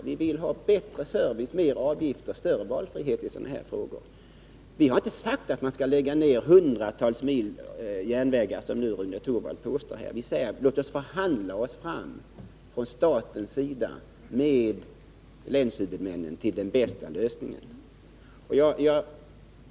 Vi vill ha bättre service, mer avgifter och större valfrihet i sådana här frågor. Vi har inte sagt att man skall lägga ner hundratals mil järnvägar, som Rune Torwald påstår. Vi säger: Låt oss förhandla oss fram från statens sida med länshuvudmännen till den bästa lösningen!